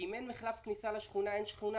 כי אם אין מחלף כניסה לשכונה אין שכונה,